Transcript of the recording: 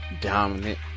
dominant